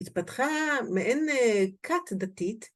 התפתחה מעין כת דתית.